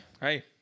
Hey